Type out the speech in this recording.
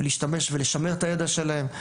ולהשתמש ולשמר את הידע שלהם.